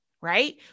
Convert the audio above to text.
right